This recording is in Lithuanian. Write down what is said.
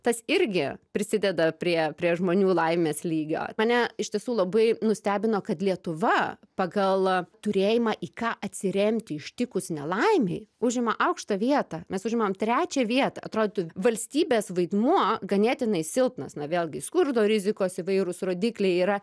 tas irgi prisideda prie prie žmonių laimės lygio mane iš tiesų labai nustebino kad lietuva pagal turėjimą į ką atsiremti ištikus nelaimei užima aukštą vietą mes užimam trečią vietą atrodytų valstybės vaidmuo ganėtinai silpnas na vėlgi skurdo rizikos įvairūs rodikliai yra